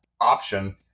option